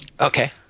Okay